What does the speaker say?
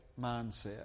mindset